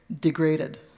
degraded